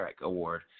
Award